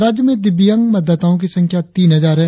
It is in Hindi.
राज्य में दिव्यांग मतदाताओ की संख्या तीन हजार है